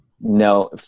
no